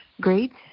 great